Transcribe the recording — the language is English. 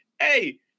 Hey